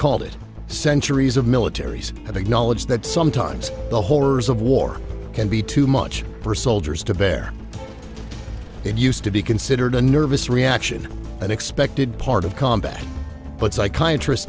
called it centuries of militaries and the knowledge that sometimes the horrors of war can be too much for soldiers to bear it used to be considered a nervous reaction an expected part of combat but psychiatr